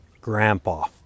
Grandpa